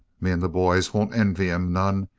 me and the boys won't envy him none.